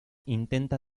intenta